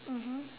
mmhmm